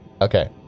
Okay